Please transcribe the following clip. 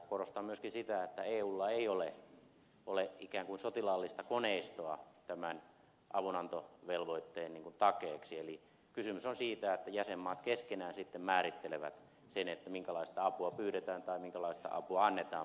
korostan myöskin sitä että eulla ei ole ikään kuin sotilaallista koneistoa tämän avunantovelvoitteen takeeksi eli kysymys on siitä että jäsenmaat keskenään sitten määrittelevät sen minkälaista apua pyydetään tai minkälaista apua annetaan